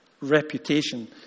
reputation